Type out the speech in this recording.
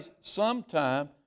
sometime